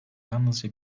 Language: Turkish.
yalnızca